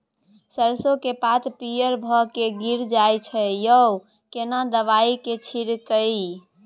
सरसो के पात पीयर भ के गीरल जाय छै यो केना दवाई के छिड़कीयई?